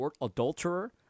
adulterer